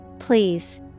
Please